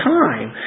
time